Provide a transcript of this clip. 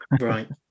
Right